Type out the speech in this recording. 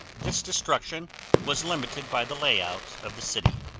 this destruction was limited by the layout of the city.